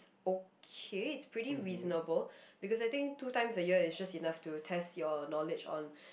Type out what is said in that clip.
okay it's pretty reasonable because I think two times a year is just enough to test your knowledge on